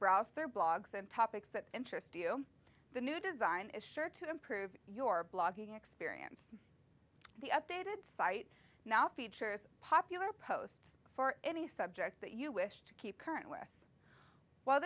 through blogs on topics that interest you the new design is sure to improve your blogging experience the updated site now features popular posts for any subject that you wish to keep current with w